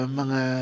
mga